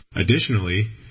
additionally